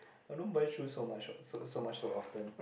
I don't buy shoes so much what so so much so often